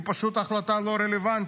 היא פשוט החלטה לא רלוונטית,